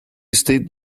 stick